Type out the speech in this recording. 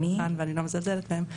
ואני לא מזלזלת בהם,